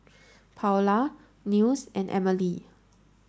Paola Nils and Emely